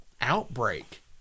outbreak